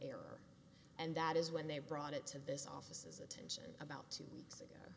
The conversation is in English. error and that is when they brought it to this office's attention about two weeks